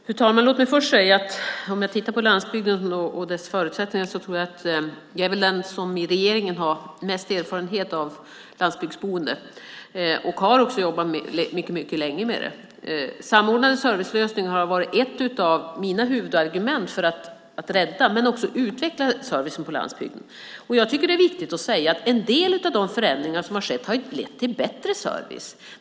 Fru talman! När det gäller förutsättningarna för landsbygden är jag den i regeringen som har mest erfarenhet av landsbygdsboende. Jag har också jobbat mycket länge med frågorna. Samordnade servicelösningar har varit ett av mina huvudargument för att rädda och utveckla servicen på landsbygden. Jag tycker att det är viktigt att säga att en del av de förändringar som har skett har lett till bättre service.